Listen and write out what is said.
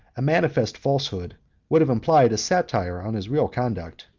a manifest falsehood would have implied a satire on his real conduct.